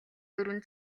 дөрвөн